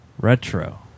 retro